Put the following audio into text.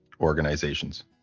organizations